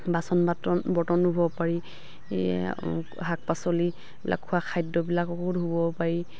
বাচন বৰ্তন বৰ্তনো ধুব পাৰি এয়া শাক পাচলি এইবিলাক খোৱা খাদ্যবিলাককো ধুব পাৰি